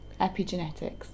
Epigenetics